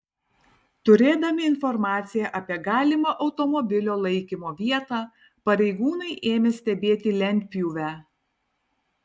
turėdami informaciją apie galimą automobilio laikymo vietą pareigūnai ėmė stebėti lentpjūvę